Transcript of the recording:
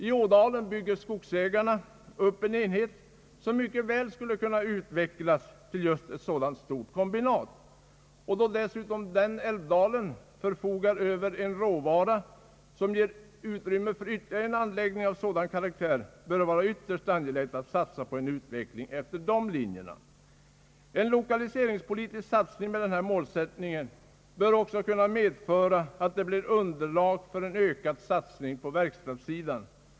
I Ådalen bygger skogsägarna upp en enhet som mycket väl skulle kunna utvecklas till just ett sådant stort kombinat. Då dessutom denna älvdal har råvara som ger utrymme för ytterligare en anläggning av sådan karaktär, bör det vara ytterst angeläget att satsa på en utveckling efter de linjerna. En lokaliseringspolitisk satsning med denna målsättning bör också kunna medföra underlag för en ökad satsning på verkstadssidan.